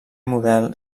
model